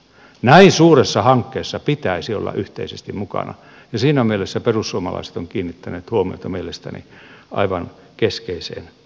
näin suuressa hankkeessa pitäisi olla yhteisesti mukana ja siinä mielessä perussuomalaiset ovat kiinnittäneet huomiota mielestäni aivan keskeiseen kohtaan